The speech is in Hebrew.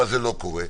אבל זה לא קורה.